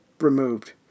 removed